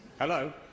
Hello